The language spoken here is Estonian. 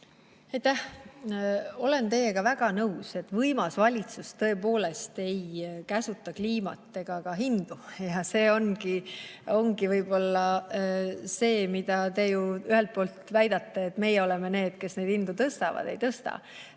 Aitäh! Olen teiega väga nõus, et võimas valitsus tõepoolest ei käsuta kliimat ega ka hindu, ja see ongi võib-olla see, mida te ju ühelt poolt väidate, et meie oleme need, kes neid hindu tõstavad. Ei tõsta.